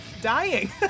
dying